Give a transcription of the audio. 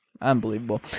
Unbelievable